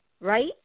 right